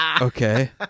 Okay